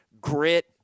grit